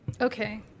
Okay